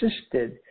assisted